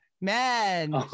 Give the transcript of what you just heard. Man